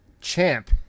champ